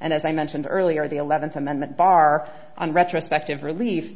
and as i mentioned earlier the eleventh amendment bar on retrospective relief